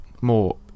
more